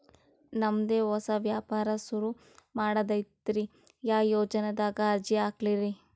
ನಮ್ ದೆ ಹೊಸಾ ವ್ಯಾಪಾರ ಸುರು ಮಾಡದೈತ್ರಿ, ಯಾ ಯೊಜನಾದಾಗ ಅರ್ಜಿ ಹಾಕ್ಲಿ ರಿ?